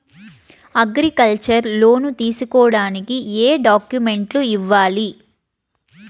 Agriculture loan తీసుకోడానికి ఏం డాక్యుమెంట్లు ఇయ్యాలి?